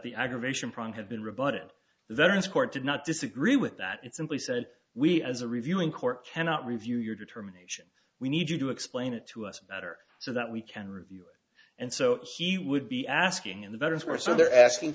the aggravation problem had been rebutted the veterans court did not disagree with that it simply said we as a reviewing court cannot review your determination we need you to explain it to us better so that we can review it and so he would be asking and the voters were so they're asking